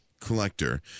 collector